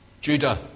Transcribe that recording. Judah